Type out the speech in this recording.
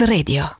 Radio